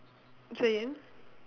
say again